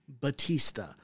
Batista